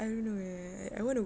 I don't know eh I want to